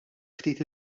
ftit